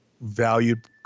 valued